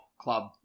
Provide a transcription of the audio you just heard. club